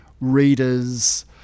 readers